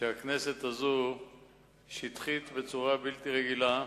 שהכנסת הזאת שטחית בצורה בלתי רגילה,